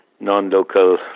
non-local